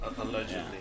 Allegedly